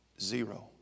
zero